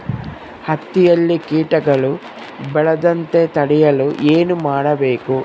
ಹತ್ತಿಯಲ್ಲಿ ಕೇಟಗಳು ಬೇಳದಂತೆ ತಡೆಯಲು ಏನು ಮಾಡಬೇಕು?